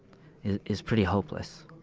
is is pretty hopeless.